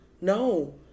No